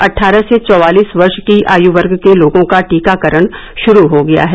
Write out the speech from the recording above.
अट्ठारह से चौवालीस वर्ष की आयु वर्ग के लोगों का टीकाकरण शुरू हो गया है